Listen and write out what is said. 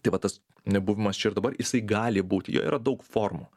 tai va tas nebuvimas čia ir dabar jisai gali būti jo yra daug formų